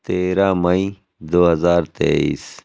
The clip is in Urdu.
تیرہ مئی دو ہزار تیئیس